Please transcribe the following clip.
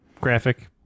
Graphic